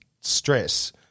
stress